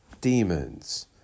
demons